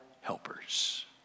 helpers